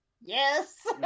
Yes